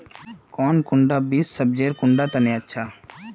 कौन कुंडा बीस सब्जिर कुंडा तने अच्छा?